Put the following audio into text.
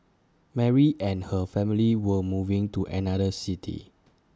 Mary and her family were moving to another city